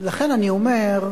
לכן אני אומר,